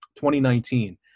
2019